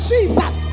Jesus